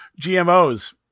GMOs